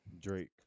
Drake